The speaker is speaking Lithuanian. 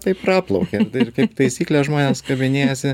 tai praplaukia ir kaip taisyklė žmonės kabinėjasi